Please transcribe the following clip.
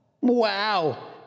Wow